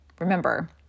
Remember